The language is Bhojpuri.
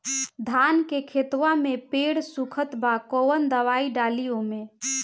धान के खेतवा मे पेड़ सुखत बा कवन दवाई डाली ओमे?